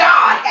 God